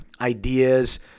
ideas